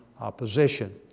opposition